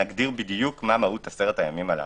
שנגדיר בדיוק מה מהו"ת עשרת הימים האלה